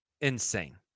insane